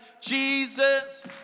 Jesus